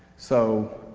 so,